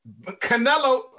Canelo